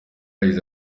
yagize